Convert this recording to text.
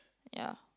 ya